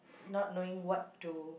not knowing what to